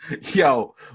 Yo